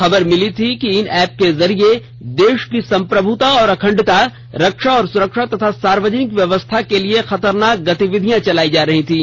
खबर मिली थी कि इन ऐप के जरिए देश की सम्प्रभुता और अखंडता रक्षा और सुरक्षा तथा सार्वजनिक व्यवस्था के लिए खतरनाक गतिविधियां चलाई जा रही थीं